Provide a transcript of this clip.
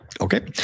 Okay